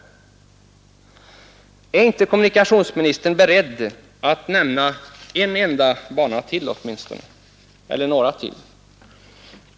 Är inte kommunikationsministern beredd att nämna en enda eller några banor till?